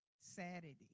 Saturday